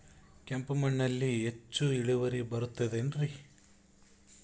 ಕೆಂಪು ಮಣ್ಣಲ್ಲಿ ಹೆಚ್ಚು ಇಳುವರಿ ಬರುತ್ತದೆ ಏನ್ರಿ?